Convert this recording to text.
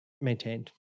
maintained